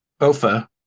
OFA